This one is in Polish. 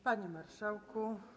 Panie Marszałku!